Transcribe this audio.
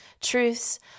truths